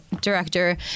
director